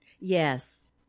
Yes